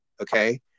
okay